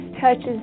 touches